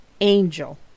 Angel